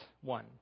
one